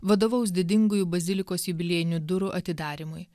vadovaus didingųjų bazilikos jubiliejinių durų atidarymui